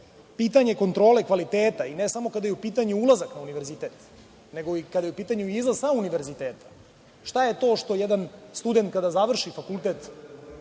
pitanje kontrole kvaliteta, i ne samo kada je u pitanju ulazak na univerzitet, nego i kada je u pitanju i izlaz sa univerziteta? Šta je to što jedan student kada završi fakultet